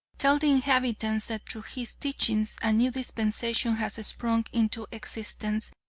tell the inhabitants that through his teachings a new dispensation has sprung into existence,